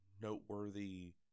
noteworthy